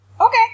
Okay